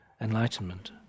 enlightenment